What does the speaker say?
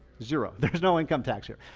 zero, there's no income tax here.